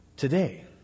Today